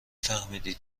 فهمیدی